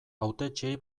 hautetsiei